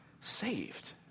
saved